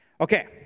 Okay